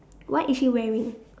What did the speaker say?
what is he wearing